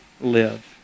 live